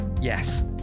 yes